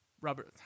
Robert